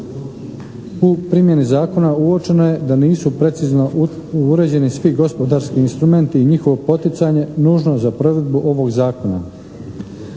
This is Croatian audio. U primjeni Zakona uočeno je da nisu precizno uređeni svi gospodarski instrumenti i njihovo poticanje nužno za provedbu ovog Zakona.